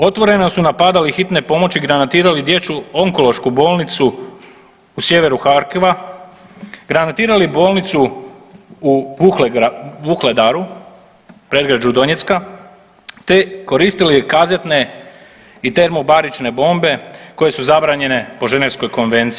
Otvoreno su napadali hitne pomoći, granatirali dječju onkološku bolnicu u sjeveru Harkiva, granatirali bolnicu u Vuhledaru predgrađu Donjecka, te koristili kazetne i termobarične bombe koje su zabranjene po Ženevskoj konvenciji.